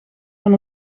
van